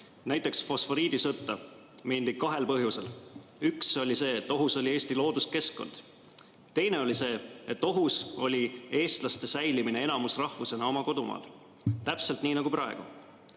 Näiteks, fosforiidisõtta mindi kahel põhjusel: üks oli see, et ohus oli Eesti looduskeskkond, teine oli see, et ohus oli eestlaste säilimine enamusrahvusena oma kodumaal. Täpselt nii nagu praegu.